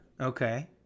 Okay